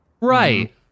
Right